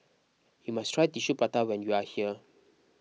you must try Tissue Prata when you are here